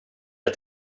att